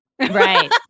Right